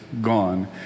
gone